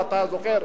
אתה זוכר,